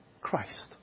Christ